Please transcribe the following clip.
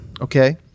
okay